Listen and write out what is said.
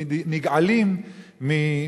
ונתתי גשמיכם בעתם,